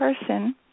person